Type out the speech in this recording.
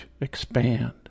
expand